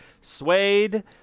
Suede